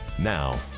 Now